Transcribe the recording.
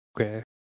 okay